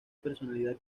personalidad